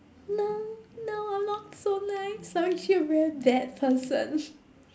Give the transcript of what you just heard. no no I'm not so nice I'm actually a very bad person